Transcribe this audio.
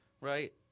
right